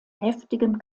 heftigem